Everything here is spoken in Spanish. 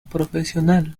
profesional